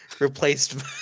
Replaced